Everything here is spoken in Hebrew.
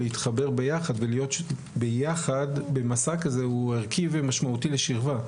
להתחבר ביחד ולהיות ביחד במסע כזה הוא ערכי ומשמעותי לשכבה.